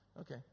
Okay